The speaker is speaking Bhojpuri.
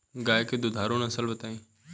गाय के दुधारू नसल बताई?